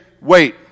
wait